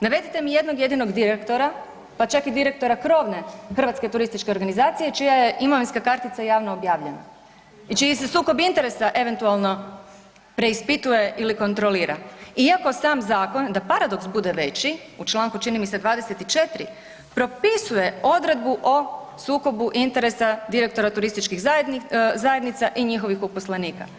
Navedite mi jednog jedinog direktora pa čak i direktora krovne hrvatske turističke organizacije čija je imovinska kartica javno objavljena i čiji se sukob interesa eventualno preispituje i kontrolira, iako sam zakon da paradoks bude veću u članku čini mi se 24 propisuje odredbu o sukobu interesa direktora turističkih zajednica i njihovih uposlenika.